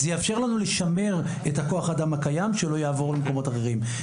זה יאפשר לנו לשמר את כוח האדם הקיים שלא יעבור למקומות אחרים.